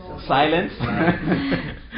Silence